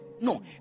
No